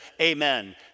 amen